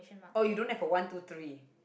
oh you don't have a one two three